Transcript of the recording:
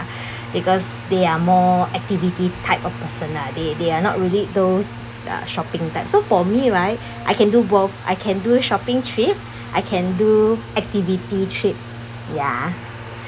because they are more activity type of personality they are not really those shopping ugh type so for me right I can do both I can do shopping trip I can do activity trip ya